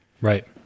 Right